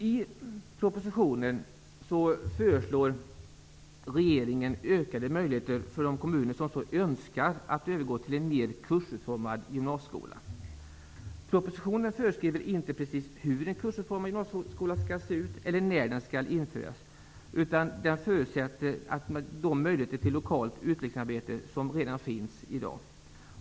I propositionen föreslår regeringen ökade möjligheter för de kommuner som så önskar att övergå till en mer kursutformad gymnasieskola. Propositionen föreskriver inte precis hur en kursutformad gymnasieskola skall se ut eller när den skall införas, utan man räknar med de möjligheter till lokalt utvecklingsarbete som redan finns i dag.